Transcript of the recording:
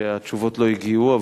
שהתשובות לא הגיעו,